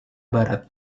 barat